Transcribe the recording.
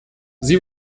sie